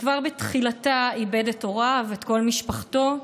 וכבר בתחילתה איבד את הוריו, את כל משפחתו,